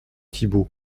thibault